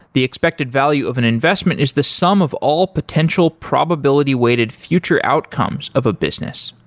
the expected value of an investment is the sum of all potential probability weighted future outcomes of a business.